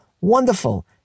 wonderful